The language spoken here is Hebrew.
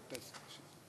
תאפס, בבקשה.